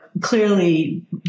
Clearly